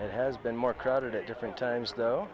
it has been more crowded at different times though